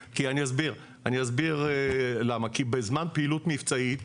אסביר למה: כי בזמן פעילות מבצעית,